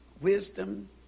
wisdom